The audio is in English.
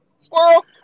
Squirrel